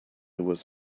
was